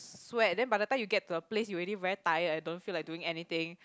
sweat then by the time you get to the place you already very tired don't feel like doing anything